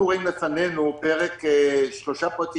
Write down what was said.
אנחנו רואים לפנינו שלושה פרקים.